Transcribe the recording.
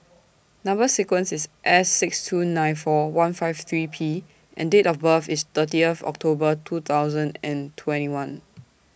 Number sequence IS S six two nine four one five three P and Date of birth IS thirtieth October two thousand and twenty one